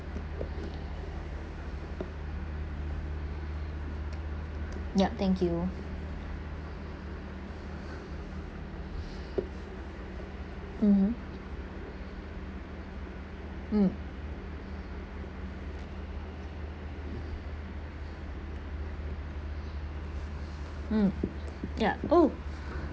yup thank you mmhmm mm mm ya oh